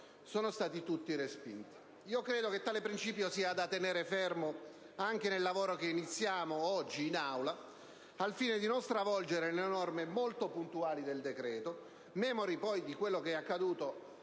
sono stati tutti respinti. Io credo che tale principio sia da tenere fermo anche nel lavoro che iniziamo oggi in Aula, al fine di non stravolgere le norme molto puntuali del decreto, memori di quello che è accaduto